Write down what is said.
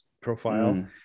profile